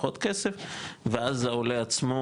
פחות כסף ואז העולה עצמו,